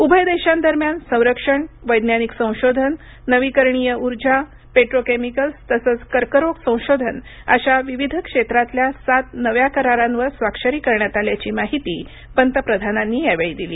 उभय देशांदरम्यान संरक्षण वैज्ञानिक संशोधन नवीकरणीय ऊर्जा पेट्रोकेमिकल्स तसंच कर्करोग संशोधन अशा विविध क्षेत्रातल्या सात नव्या करारांवर स्वाक्षरी करण्यात आल्याची माहिती पंतप्रधानांनी यावेळी दिली